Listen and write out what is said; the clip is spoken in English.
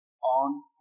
On